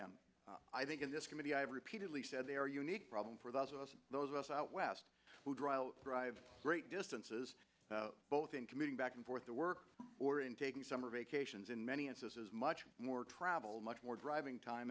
down i think in this committee i have repeatedly said they are unique problem for those of us those of us out west who drive drive great distances both in commuting back and forth to work or in taking summer vacations in many instances much more travel much more driving time